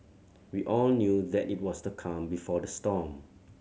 we all knew that it was the calm before the storm